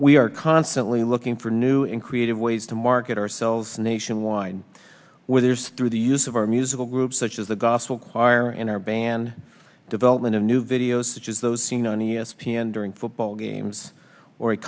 we are constantly looking for new and creative ways to market ourselves nation wine with yours through the use of our musical groups such as the gospel choir in our band development of new video such as those seen on e s p n during football games or a